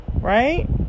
Right